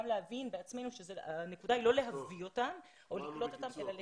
גם להבין בעצמנו שהנקודה היא לא להביא אותם או לקלוט אותם אלא לשלב.